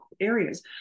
areas